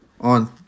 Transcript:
on